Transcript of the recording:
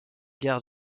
gare